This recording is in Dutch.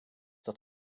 dat